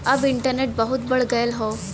अब इन्टरनेट बहुते बढ़ गयल हौ